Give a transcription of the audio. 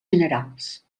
generals